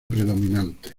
predominante